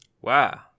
Wow